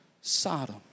Sodom